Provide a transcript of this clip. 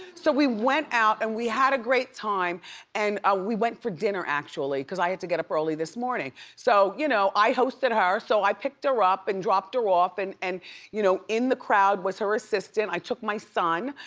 so we went out and we had a great time and ah we went for dinner actually cause i had to get up early this morning. so, you know, i hosted her, so i picked her up and dropped her off and and you know, in the crowd was her assistant, i took my son.